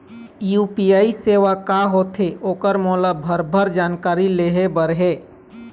UPI सेवा का होथे ओकर मोला भरभर जानकारी लेहे बर हे?